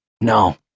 No